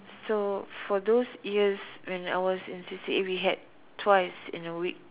so for those years when I was in C_C_A we had twice in a week